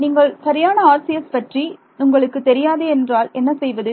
நீங்கள் சரியான RCS பற்றி உங்களுக்கு தெரியாது என்றால் என்ன செய்வது